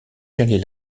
j’allais